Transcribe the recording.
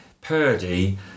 Purdy